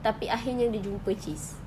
tapi akhirnya dia jumpa cheese